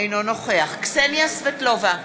אינו נוכח קסניה סבטלובה,